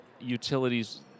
utilities